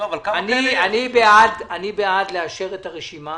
אני בעד לאשר את הרשימה